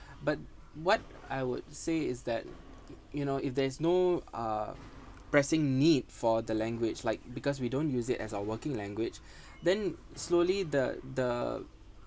but what I would say is that you know if there's no uh pressing need for the language like because we don't use it as a working language then slowly the the